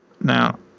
Now